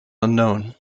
unknown